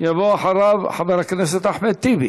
יבוא אחריו חבר הכנסת אחמד טיבי.